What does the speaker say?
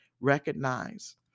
recognize